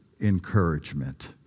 encouragement